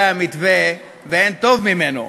זה המתווה ואין טוב ממנו,